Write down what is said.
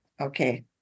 Okay